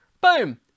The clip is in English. Boom